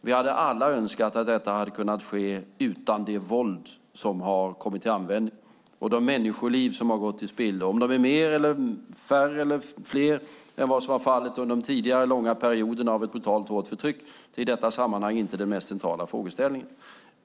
Vi hade alla önskat att detta hade kunnat ske utan det våld som har kommit till användning och de människoliv som har gått till spillo. Om de är fler eller färre än vad som var fallet under den tidigare långa perioden av brutalt våld och förtryck är i detta sammanhang inte den mest centrala frågeställningen.